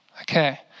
Okay